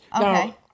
Okay